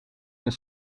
een